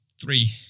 three